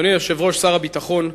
אדוני היושב-ראש, שר הביטחון,